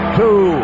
two